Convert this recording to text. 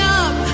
up